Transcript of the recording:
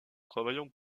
travaillant